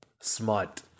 smart